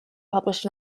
published